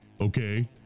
Okay